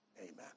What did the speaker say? amen